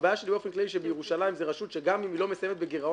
הבעיה שלי היא שבאופן כללי זו רשות שגם אם היא לא מסיימת בגירעון,